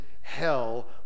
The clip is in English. hell